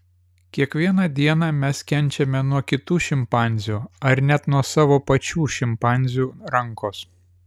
kiekvieną dieną mes kenčiame nuo kitų šimpanzių ar net nuo savo pačių šimpanzių rankos